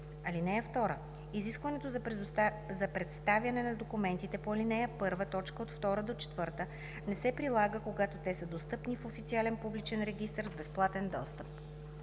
(2) Изискването за представяне на документите по ал. 1, т. 2 – 4 не се прилагат, когато те са достъпни в официален публичен регистър с безплатен достъп.